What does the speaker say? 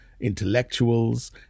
intellectuals